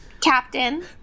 Captain